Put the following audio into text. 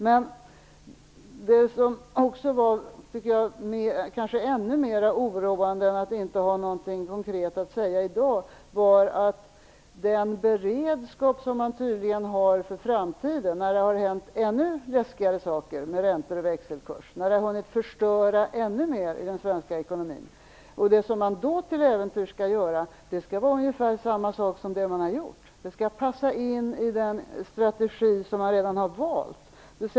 Men det som är ännu mer oroande än att socialdemokraterna inte har någonting konkret att säga i dag är att den beredskap som man tydligen har för framtiden - när det har hänt ännu läskigare saker med räntor och växelkurs, när ännu mer i den svenska ekonomin har hunnit bli förstört - går ut på att göra ungefär samma sak som det man redan har gjort; det skall passa in i den strategi som man redan har valt.